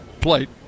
plate